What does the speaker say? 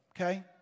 okay